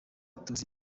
tuzi